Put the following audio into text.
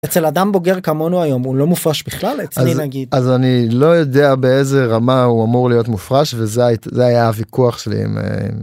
אצל אדם בוגר כמונו היום הוא לא מופרש בכלל? אצלי נגיד אז אני לא יודע באיזה רמה הוא אמור להיות מופרש וזה היה הוויכוח שלי עם אממ...